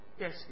Yes